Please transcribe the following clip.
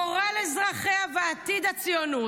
-- לביטחון המדינה, גורל אזרחיה ועתיד הציונות.